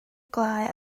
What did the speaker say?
gwelyau